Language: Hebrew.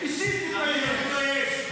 אישית תתבייש.